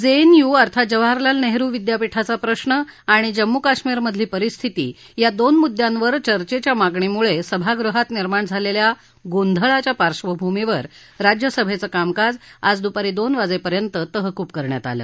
JNU अर्थात जवाहरलाल नेहरू विद्यापीठाचा प्रश्न आणि जम्मू कश्मीर मधली परिस्थिती या दोन मुद्यांवर चर्चेच्या मागणीमुळे सभागृहात निर्माण झालेल्या गोंधळाच्या पार्श्वभूमीवर राज्यसभेचं कामकाज आज दुपारी दोन वाजेपर्यंत तहकूब करण्यात आलं